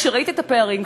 כשראית את הפערים,